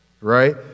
right